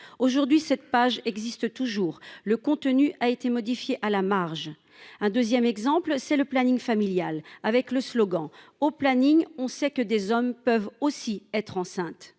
aujourd'hui cette page existe toujours le contenu a été modifié à la marge. Un 2ème exemple c'est le planning familial avec le slogan au planning on sait que des hommes peuvent aussi être enceinte ou